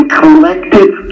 collective